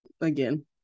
again